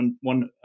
one